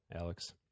Alex